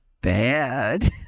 bad